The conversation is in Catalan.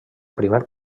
primer